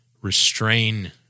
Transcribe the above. Restrain